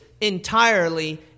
entirely